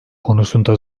konusunda